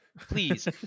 Please